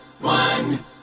One